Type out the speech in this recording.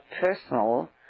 personal